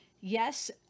Yes